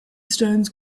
stones